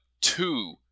two